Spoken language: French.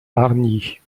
hargnies